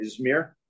Izmir